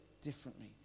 differently